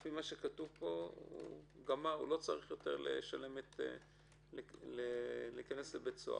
לפי מה שכתוב פה הוא לא צריך יותר להיכנס לבית סוהר.